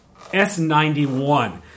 S91